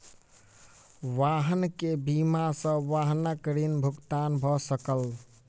वाहन के बीमा सॅ वाहनक ऋण भुगतान भ सकल